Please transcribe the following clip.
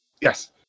Yes